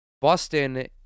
Boston